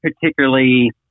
particularly